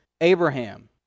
Abraham